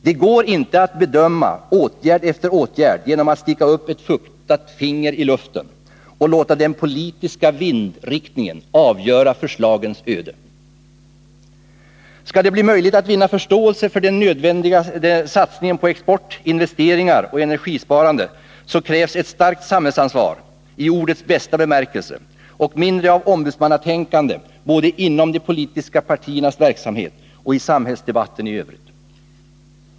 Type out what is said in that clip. Det går inte att bedöma åtgärd efter åtgärd genom att sticka upp ett fuktat finger i luften och låta den politiska vindriktningen avgöra förslagens öde. Skall det bli möjligt att vinna förståelse för den nödvändiga satsningen på export, investeringar och energisparande, så krävs ett starkt samhällsansvar i ordets bästa bemärkelse och mindre av ombudsmannatänkande både inom de politiska partiernas verksamhet och i samhällsdebatten i övrigt.